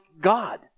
God